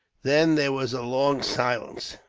then there was a long silence.